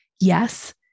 yes